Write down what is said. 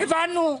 הבנו.